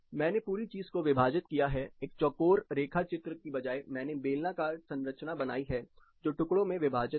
मैंने पूरी चीज को विभाजित किया है एक चौकोर रेखा चित्र की बजाय मैंने बेलनाकार संरचना बनाई है जो टुकड़ों में विभाजित है